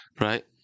Right